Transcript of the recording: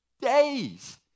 days